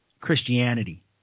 Christianity